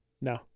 No